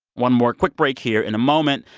one more quick break here. in a moment,